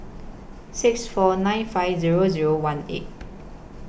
six four nine five Zero Zero one eight